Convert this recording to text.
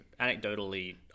anecdotally